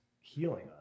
healing